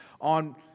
On